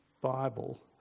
Bible